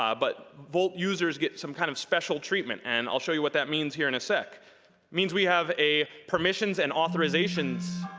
um but volt users get some kind of special treatment and i'll show you what that means here in a sec. it means we have a permissions and authorizations